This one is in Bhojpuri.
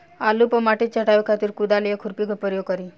आलू पर माटी चढ़ावे खातिर कुदाल या खुरपी के प्रयोग करी?